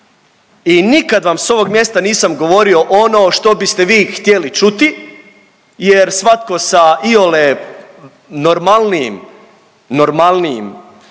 i nikad vam s ovog mjesta nisam govorio ono što biste vi htjeli čuti jer svatko sa iole normalnijim, normalnijim